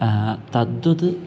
तद्वत्